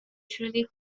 truly